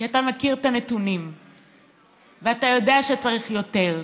כי אתה מכיר את הנתונים ואתה יודע שצריך יותר.